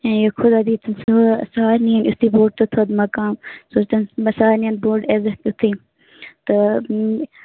ٹھیٖک خۄدا دیٖتَن سا سارِنٕے یَن یِتھے بوٚڈ تہٕ تھوٛد مقام سُہ سوٗزتَن سارِنٕے یَن بوٚڈ عزَت یِتھے تہٕ